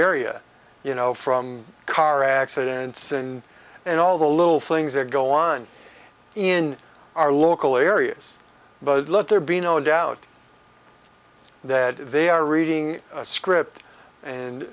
area you know from car accidents and and all the little things that go on in our local areas but let there be no doubt that they are reading a script and